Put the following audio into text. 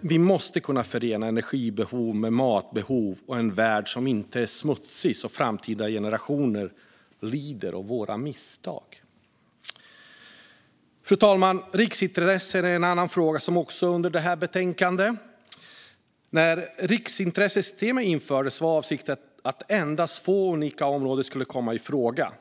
Vi måste kunna förena energibehov med matbehov och en värld som inte är smutsig. Framtida generationer ska inte lida av våra misstag. Fru talman! Riksintressen är en annan fråga som behandlas i det här betänkandet. När riksintressesystemet infördes var avsikten att endast få och unika områden skulle komma i fråga.